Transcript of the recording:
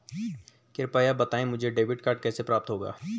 कृपया बताएँ मुझे डेबिट कार्ड कैसे प्राप्त होगा?